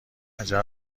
عجب